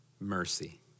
mercy